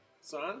son